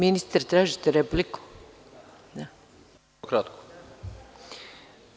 Ministre, tražite repliku? (Da.